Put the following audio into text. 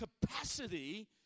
capacity